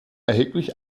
erheblich